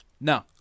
No